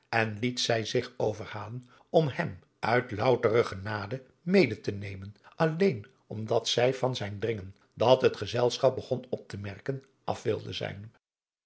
en liet zij zich overhalen om hem uit loutere genade mede te nemen alleen omdat zij van zijn dringen dat het gezelschap begon op te merken af wilde zijn